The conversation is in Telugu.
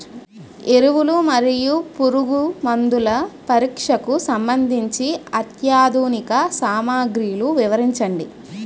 ఎరువులు మరియు పురుగుమందుల పరీక్షకు సంబంధించి అత్యాధునిక సామగ్రిలు వివరించండి?